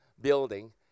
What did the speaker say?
Building